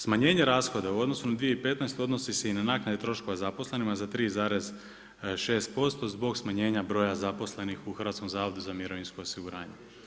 Smanjenje rashoda u odnosu na 2015. odnosi se i na naknade troškova zaposlenima za 3,6% zbog smanjenja broja zaposlenih u Hrvatskom zavodu za mirovinsko osiguranje.